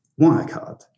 Wirecard